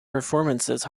performances